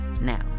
now